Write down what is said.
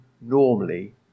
normally